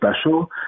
special